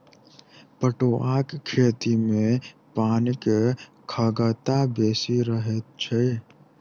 पटुआक खेती मे पानिक खगता बेसी रहैत छै